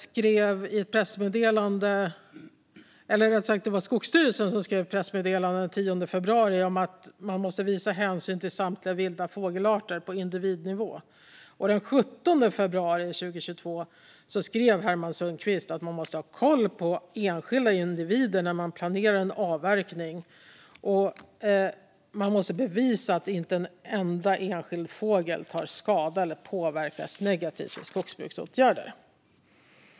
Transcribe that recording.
Den 10 februari 2022 skrev Skogsstyrelsen i ett pressmeddelande att man måste visa hänsyn till samtliga vilda fågelarter på individnivå, och den 17 februari 2022 skrev Herman Sundqvist att man måste ha koll på enskilda individer när man planerar en avverkning och att man måste bevisa att inte en enda enskild fågel tar skada eller påverkas negativt vid skogsbruksåtgärder.